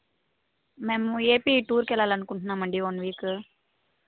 మేము ఏపీ టూర్కి వెళ్ళాలని అనుకుంటున్నాం అండి ఈ వన్ వీకు